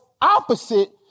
opposite